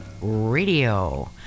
radio